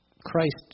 Christ